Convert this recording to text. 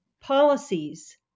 policies